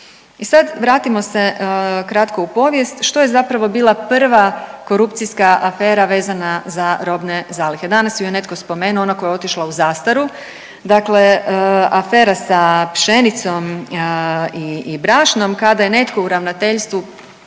E, sad, vratimo se kratko u povijest, što je zapravo bila prva korupcijska afera vezana za robne zalihe. Danas ju je netko spomenuo, ona koja je otišla u zastaru, dakle afera sa pšenicom i brašnom, kada je netko u Ravnateljstvu